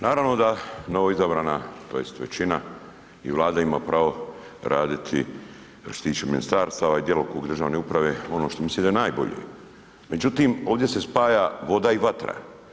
Naravno da novoizabrana tj. većina i Vlada ima pravo raditi, što se tiče ministarstava i djelokrug državne uprave ono što im ... najbolje, međutim, ovdje se spaja voda i vatra.